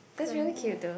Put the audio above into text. that's really cute though